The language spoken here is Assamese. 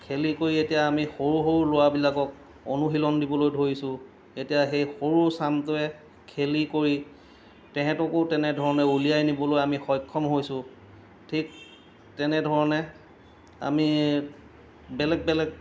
খেলি কৰি এতিয়া আমি সৰু সৰু ল'ৰাবিলাকক অনুশীলন দিবলৈ ধৰিছোঁ এতিয়া সেই সৰুচামটোৱে খেলি কৰি তেহেঁতকো তেনেধৰণে উলিয়াই নিবলৈ আমি সক্ষম হৈছোঁ ঠিক তেনেধৰণে আমি বেলেগ বেলেগ